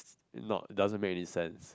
not doesn't make any sense